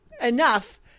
enough